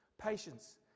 patience